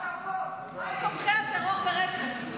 אוה, כל תומכי הטרור ברצף.